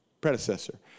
predecessor